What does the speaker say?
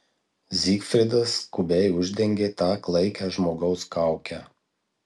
zigfridas skubiai uždengė tą klaikią žmogaus kaukę